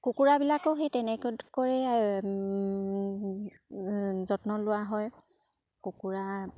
কুকুৰাবিলাকেও সেই তেনেকৈয়ে যত্ন লোৱা হয় কুকুৰা